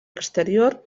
exterior